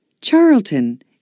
Charlton